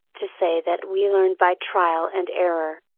to say that we learn by trial and error.